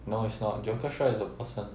no it's not joker xue is a person